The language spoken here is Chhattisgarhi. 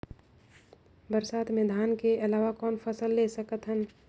बरसात मे धान के अलावा कौन फसल ले सकत हन?